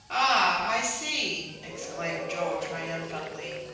i see, exclaimed joe triumphantly,